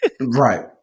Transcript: Right